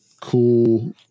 cool